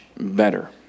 better